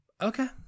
Okay